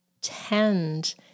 tend